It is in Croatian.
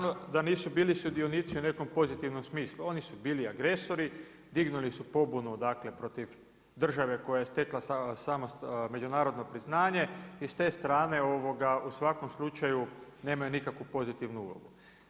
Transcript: Naravno da nisu bili sudionici u nekom pozitivnom smislu, oni su bili agresori, dignuli su pobunu protiv države koja je stekla međunarodno priznanje i s te strane u svakom slučaju nemaju nikakvu pozitivnu ulogu.